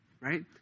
right